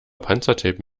panzertape